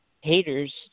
haters